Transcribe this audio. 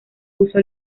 uso